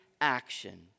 action